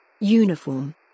Uniform